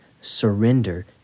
Surrender